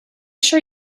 sure